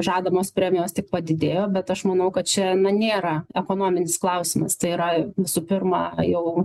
žadamos premijos tik padidėjo bet aš manau kad čia na nėra ekonominis klausimas tai yra visų pirma jau